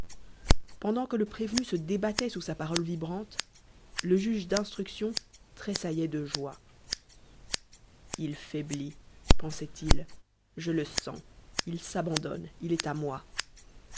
pendant que le prévenu se débattait sous sa parole vibrante le juge d'instruction tressaillait de joie il faiblit pensait-il je le sens il s'abandonne il est à moi